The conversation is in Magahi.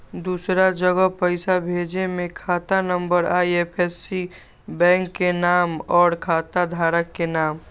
दूसरा जगह पईसा भेजे में खाता नं, आई.एफ.एस.सी, बैंक के नाम, और खाता धारक के नाम?